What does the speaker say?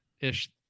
ish